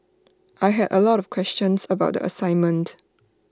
I had A lot of questions about the assignment